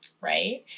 right